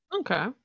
Okay